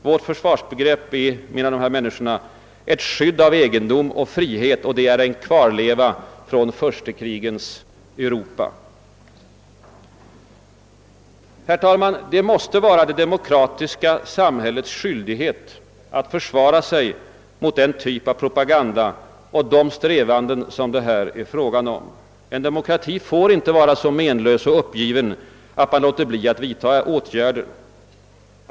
Vårt försvarsbegrepp är, menar de här människorna, »ett skydd av egendom och frihet» och en kvarleva från furstekrigens Europa. Herr talman! Det måste vara det demokratiska samhällets skyldighet att försvara sig mot den typ av propaganda och de strävanden som det här är fråga om. En demokrati får inte vara så menlös och så uppgiven, att den låter bli att vidta åtgärder.